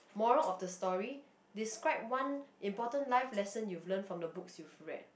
moral of the story describe one important life lesson you've learned from the books you've read